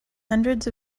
hundreds